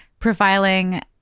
profiling